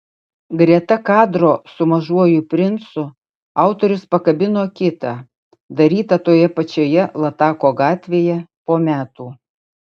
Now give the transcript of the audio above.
greta kadro su mažuoju princu autorius pakabino kitą darytą toje pačioje latako gatvėje po metų